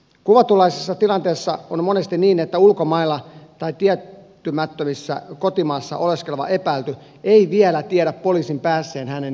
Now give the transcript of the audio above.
kuvatunlaisessa tilanteessa on monesti niin että ulkomailla tai tietymättömissä kotimaassa oleskeleva epäilty ei vielä tiedä poliisin päässeen hänen jäljilleen